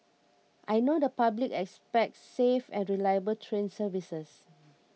I know the public expects safe and reliable train services